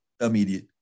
immediate